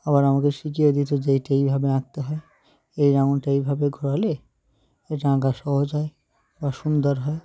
আবার আমাকে শিখিয়ে দিতো যে এইটা এইভাবে আঁকতে হয় এই আঙুলটা এইভাবে ঘোরালে এটা আঁকা সহজ হয় বা সুন্দর হয়